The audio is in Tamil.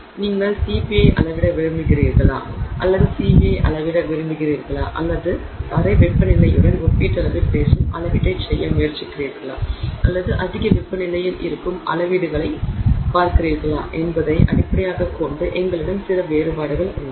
நீங்கள் Cp யை அளவிட விரும்புகிறீர்களா அல்லது Cv யை அளவிட விரும்புகிறீர்களா அல்லது அறை வெப்பநிலையுடன் ஒப்பீட்டளவில் பேசும் அளவீட்டைச் செய்ய முயற்சிக்கிறீர்களா அல்லது அதிக வெப்பநிலையில் இருக்கும் அளவீடுகளைப் பார்க்கிறீர்களா என்பதை அடிப்படையாகக் கொண்டு எங்களிடம் சில வேறுபாடுகள் உள்ளன